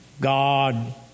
God